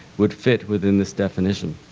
would fit within this definition.